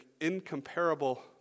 incomparable